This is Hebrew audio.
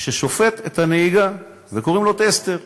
ששופט את הנהיגה וקוראים לו "טסטר".